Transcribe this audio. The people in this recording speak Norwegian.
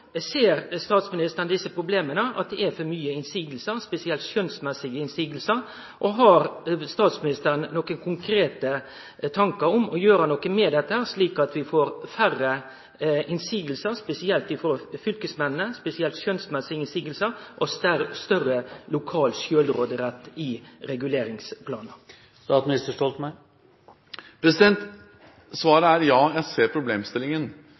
Ser statsministeren desse problema – at det er for mange innseiingar, spesielt skjønsmessige innseiingar – og har statsministeren nokon konkrete tankar om å gjere noko med dette, slik at vi får færre innseiingar, spesielt i forhold til fylkesmennene, spesielt når det gjeld skjønsmessige innseiingar og større lokal sjølvråderett i reguleringsplanar? Svaret er ja, jeg ser